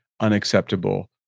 unacceptable